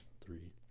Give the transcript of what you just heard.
Three